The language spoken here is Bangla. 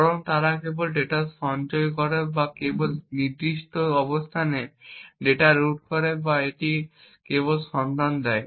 বরং তারা কেবল ডেটা সঞ্চয় করে বা কেবল নির্দিষ্ট অবস্থানে ডেটা রুট করে বা কেবল একটি সন্ধান দেয়